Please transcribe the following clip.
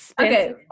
okay